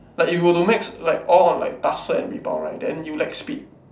like if you were to mix like all of like tussle and rebound right then you lack speed